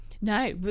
no